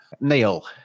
Neil